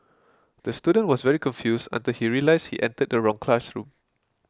the student was very confused until he realised he entered the wrong classroom